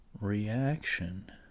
reaction